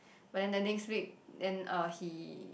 but then the next week then uh he